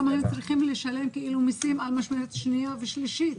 למה הם צריכים לשלם מיסים על משמרת שנייה ושלישית?